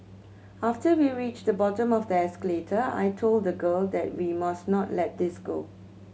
after we reached the bottom of the escalator I told the girl that we must not let this go